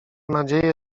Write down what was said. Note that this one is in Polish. nadzieję